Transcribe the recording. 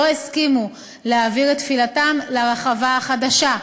לא הסכימו להעביר את תפילתן לרחבה החדשה.